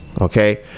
okay